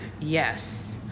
Yes